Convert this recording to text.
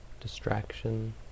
Distraction